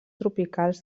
tropicals